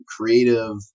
creative